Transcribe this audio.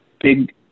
big